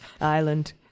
island